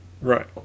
Right